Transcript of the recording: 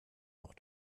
noch